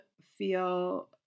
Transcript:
feel